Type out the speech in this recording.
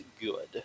good